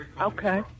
Okay